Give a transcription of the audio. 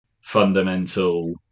fundamental